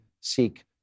seek